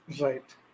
Right